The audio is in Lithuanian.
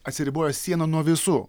atsiriboja siena nuo visų